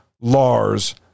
Lars